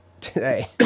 today